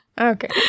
Okay